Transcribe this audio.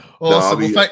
Awesome